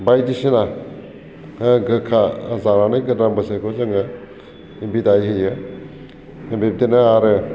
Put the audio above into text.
बायदिसिना गोखा जानानै गोदान बोसोरखौ जोङो बिदाय होयो बिब्दिनो आरो